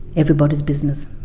everybody's business.